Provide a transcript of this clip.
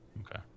Okay